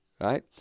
right